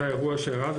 זה האירוע שאירע.